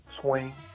swing